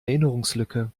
erinnerungslücke